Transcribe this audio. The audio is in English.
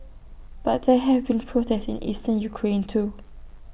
but there have been protests in eastern Ukraine too